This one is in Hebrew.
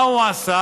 מה הוא עשה?